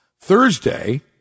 Thursday